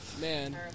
man